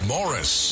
Morris